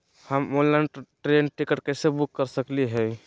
हम online train ticket कैसे book कर सकली हई?